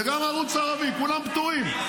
וגם הערוץ הערבי, כולם פטורים.